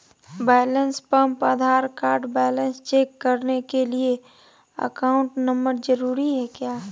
Balance pump Aadhaar card balance check करने के लिए अकाउंट नंबर जरूरी है क्या?